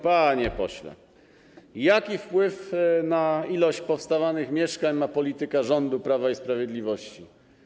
Panie pośle, jaki wpływ na ilość powstających mieszkań ma polityka rządu Prawa i Sprawiedliwości?